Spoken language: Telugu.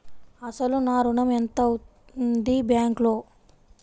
అసలు నా ఋణం ఎంతవుంది బ్యాంక్లో?